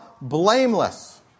blameless